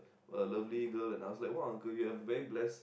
a lovely girl and I was like !wah! uncle you have a very blessed